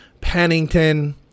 Pennington